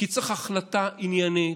כי צריך החלטה עניינית,